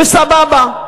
בסבבה.